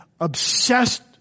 obsessed